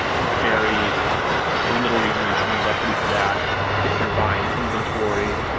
very little reason you should use equity for that if you're buying inventory,